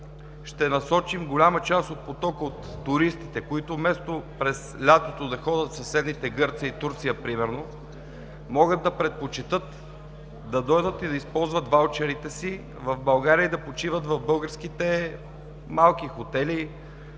ще насочим голяма част от потока от туристи, които вместо през лятото да ходят в съседните Гърция и Турция примерно, могат да предпочетат да дойдат и да използват ваучерите си в България, да почиват в българските малки хотели